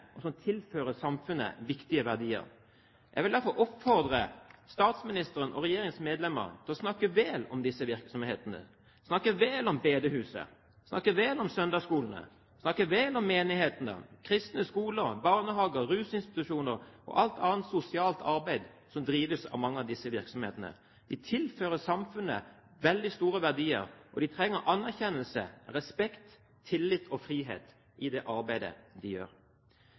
og som tilfører samfunnet viktige verdier. Jeg vil derfor oppfordre statsministeren og regjeringens medlemmer til å snakke vel om disse virksomhetene, snakke vel om bedehuset, snakke vel om søndagsskolene, snakke vel om menighetene – om kristne skoler, barnehager, rusinstitusjoner og alt annet sosialt arbeid som drives av mange av disse virksomhetene. De tilfører samfunnet veldig store verdier. De trenger anerkjennelse, respekt, tillit og frihet i det arbeidet de gjør.